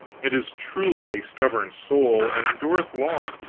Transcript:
it is truly a stubborn soul, and endureth long.